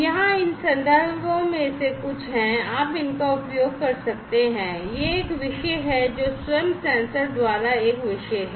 यहाँ इन संदर्भों में से कुछ हैं आप इनका उपयोग कर सकते हैं यह एक विषय है जो स्वयं सेंसर द्वारा एक विषय है